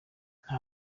nta